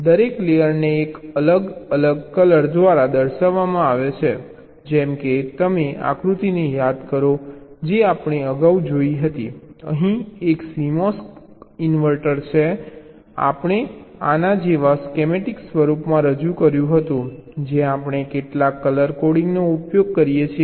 દરેક લેયરને એક અલગ કલર દ્વારા દર્શાવવામાં આવે છે જેમ કે તમે આકૃતિને યાદ કરો જે આપણે અગાઉ જોઈ હતી અહીં એક CMOS ઇન્વર્ટર જે આપણે આના જેવા સ્કેમેટિક સ્વરૂપમાં રજૂ કર્યું હતું જ્યાં આપણે કેટલાક કલર કોડિંગનો ઉપયોગ કરીએ છીએ